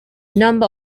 number